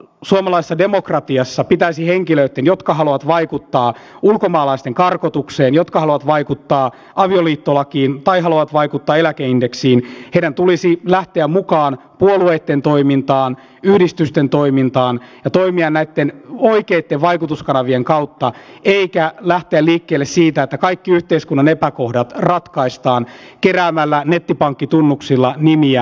minusta suomalaisessa demokratiassa henkilöitten jotka haluavat vaikuttaa ulkomaalaisten karkotukseen jotka haluavat vaikuttaa avioliittolakiin tai haluavat vaikuttaa eläkeindeksiin tulisi lähteä mukaan puolueitten toimintaan yhdistysten toimintaan ja toimia näitten oikeitten vaikutuskanavien kautta eikä lähteä liikkeelle siitä että kaikki yhteiskunnan epäkohdat ratkaistaan keräämällä nettipankkitunnuksilla nimiä internetissä